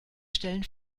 stellen